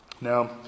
Now